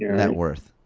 net worth.